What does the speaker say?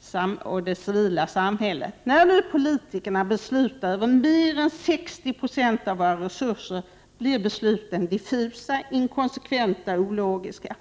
samhället. Prot. 1988/89:60 När nu politikerna beslutar över mer än 60 96 av våra resurser blir besluten 2 februari 1989 diffusa, inkonsekventa och ologiska.